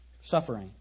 Suffering